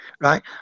right